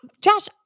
Josh